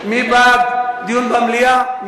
בבקשה, מי בעד דיון במליאה?